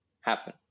happen